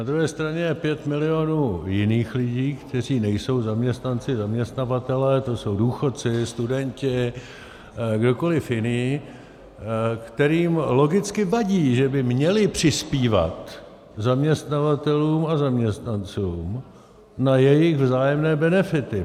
Na druhé straně je 5 milionů jiných lidí, kteří nejsou zaměstnanci, zaměstnavatelé, jsou to důchodci, studenti, kdokoliv jiný, kterým logicky vadí, že by měli přispívat zaměstnavatelům a zaměstnancům na jejich vzájemné benefity.